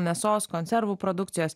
mėsos konservų produkcijos